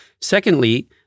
secondly